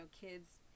kids